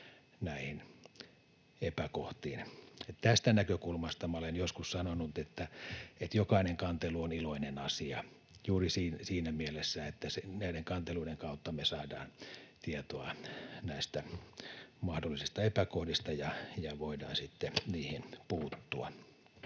epäkohtiin. Tästä näkökulmasta olen joskus sanonut, että jokainen kantelu on iloinen asia — juuri siinä mielessä, että kanteluiden kautta me saadaan tietoa mahdollisista epäkohdista ja voidaan sitten niihin puuttua.